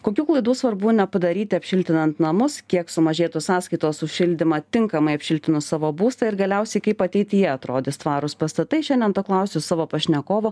kokių klaidų svarbu nepadaryti apšiltinant namus kiek sumažėtų sąskaitos už šildymą tinkamai apšiltinus savo būstą ir galiausiai kaip ateityje atrodys tvarūs pastatai šiandien to klausiu savo pašnekovo